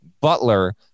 Butler